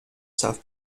self